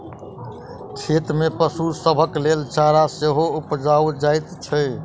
खेत मे पशु सभक लेल चारा सेहो उपजाओल जाइत छै